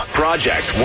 project